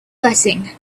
blessing